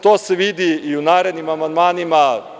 To se vidi i u narednim amandmanima.